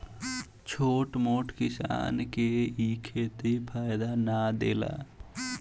छोट मोट किसान के इ खेती फायदा ना देला